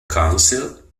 council